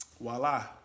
voila